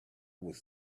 was